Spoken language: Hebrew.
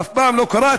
אף פעם לא קראתי